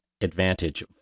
advantage